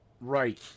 Right